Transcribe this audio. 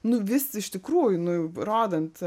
nu vis iš tikrųjų nu rodant